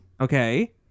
Okay